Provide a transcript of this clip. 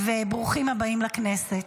ברוכים הבאים לכנסת.